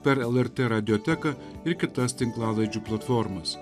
per lrt radioteką ir kitas tinklalaidžių platformas